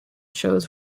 shows